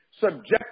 subject